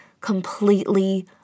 completely